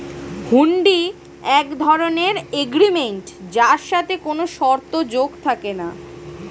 হুন্ডি এক ধরণের এগ্রিমেন্ট যার সাথে কোনো শর্ত যোগ থাকে না